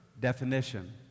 definition